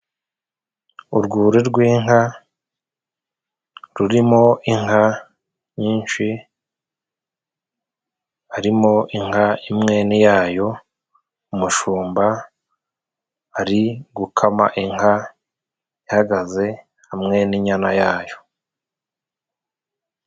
Urwuri rw'inka rurimo inka nyinshi, harimo inka imwe n'iyayo, umushumba ari gukama inka ihagaze hamwe n'inyana yayo.